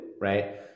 Right